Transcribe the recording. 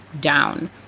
down